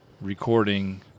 recording